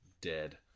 dead